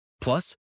Plus